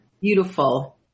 Beautiful